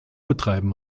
betreiben